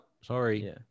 Sorry